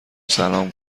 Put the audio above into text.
سلام